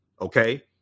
Okay